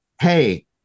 hey